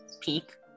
peak